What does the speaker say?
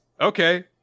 okay